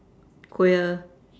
queer